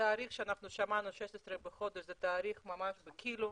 התאריך ששמענו, ה-16 לחודש, זה תאריך ממש ב"כאילו"